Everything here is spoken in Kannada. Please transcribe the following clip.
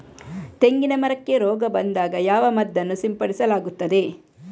ತೆಂಗಿನ ಮರಕ್ಕೆ ರೋಗ ಬಂದಾಗ ಯಾವ ಮದ್ದನ್ನು ಸಿಂಪಡಿಸಲಾಗುತ್ತದೆ?